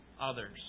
others